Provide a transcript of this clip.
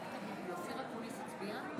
(קוראת בשמות חברי הכנסת)